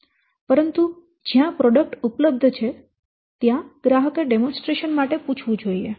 પરંતુ જ્યાં પ્રોડક્ટ ઉપલબ્ધ છે ત્યાં ગ્રાહકે ડેમોન્સ્ટ્રેશન માટે પૂછવું જોઈએ